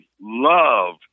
love